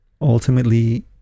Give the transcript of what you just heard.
ultimately